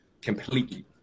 completely